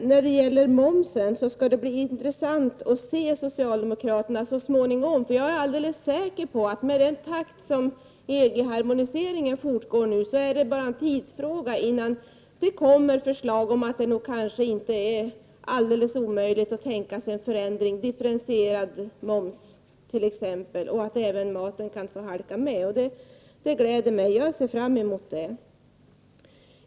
När det gäller momsen skall det bli intressant att se vad socialdemokra erna gör så småningom. Jag är alldeles säker på att det, med den takt som Z3G-harmoniseringen fortgår, bara är en tidsfråga innan det kommer förslag 135 om t.ex. differentierad moms, där även maten kommer med. Det gläder mig, och jag ser fram emot det.